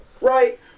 Right